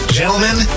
gentlemen